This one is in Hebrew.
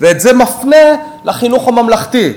ואת זה מפנה לחינוך הממלכתי.